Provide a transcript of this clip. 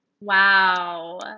Wow